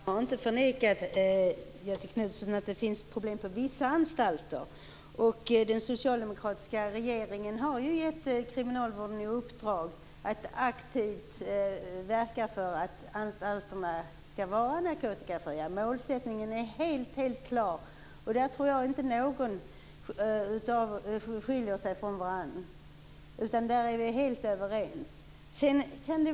Herr talman! Jag har inte förnekat att det finns problem på vissa anstalter. Den socialdemokratiska regeringen har gett kriminalvården i uppdrag att aktivt verka för att anstalterna skall bli narkotikafria. Målsättningen är helt klar. Där tror jag inte att vi skiljer oss från varandra utan är helt överens.